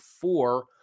four